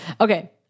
Okay